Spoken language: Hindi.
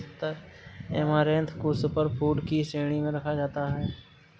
ऐमारैंथ को सुपर फूड की श्रेणी में भी रखा जाता है